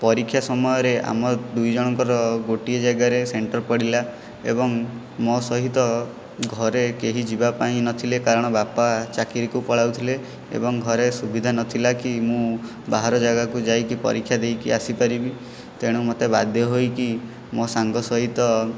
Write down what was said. ପରୀକ୍ଷା ସମୟରେ ଆମ ଦୁଇଜଣଙ୍କର ଗୋଟିଏ ଜାଗାରେ ସେଣ୍ଟର ପଡ଼ିଲା ଏବଂ ମୋ ସହିତ ଘରେ କେହି ଯିବା ପାଇଁ ନଥିଲେ କାରଣ ବାପା ଚାକିରିକୁ ପଳାଉଥିଲେ ଏବଂ ଘରେ ସୁବିଧା ନଥିଲାକି ମୁଁ ବାହାର ଜାଗାକୁ ଯାଇକି ପରୀକ୍ଷା ଦେଇକି ଆସିପାରିବି ତେଣୁ ମୋତେ ବାଧ୍ୟ ହୋଇକି ମୋ ସାଙ୍ଗ ସହିତ